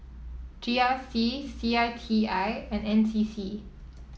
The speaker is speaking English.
G R C C I T I and N C C